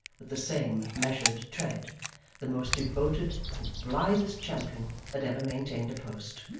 with the same measured tread the most devoted and the blithest champion that ever maintained a post,